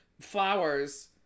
flowers